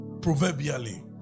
proverbially